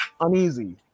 uneasy